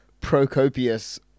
Procopius